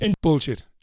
Bullshit